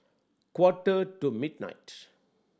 quarter to midnight